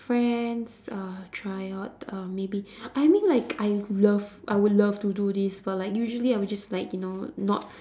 friends uh try out um maybe I mean like I love I would love to do this but like usually I would just like you know not